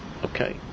Okay